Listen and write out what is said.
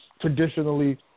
Traditionally